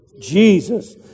Jesus